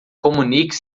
comunique